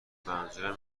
منظورم